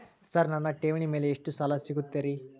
Sir ನನ್ನ ಠೇವಣಿ ಮೇಲೆ ಎಷ್ಟು ಸಾಲ ಸಿಗುತ್ತೆ ರೇ?